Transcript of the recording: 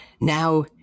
Now